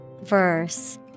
Verse